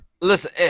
Listen